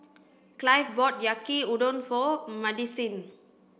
Clive bought Yaki Udon for Madisyn